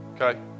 okay